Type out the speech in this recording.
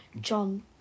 John